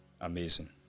amazing